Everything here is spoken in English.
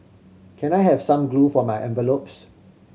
can I have some glue for my envelopes